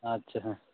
ᱟᱪᱪᱷᱟ ᱦᱮᱸ